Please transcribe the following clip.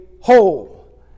whole